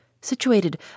situated